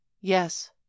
yes